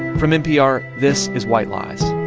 from npr, this is white lies.